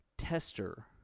Tester